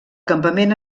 campament